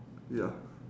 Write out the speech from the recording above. ya